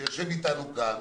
שיושב אתנו כאן